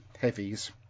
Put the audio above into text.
heavies